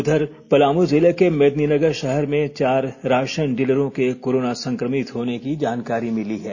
उधर पलामू जिले के मेदिनीनगर शहर में चार राशन डीलरों के कोरोना संक्रमित होने की जानकरी मिली है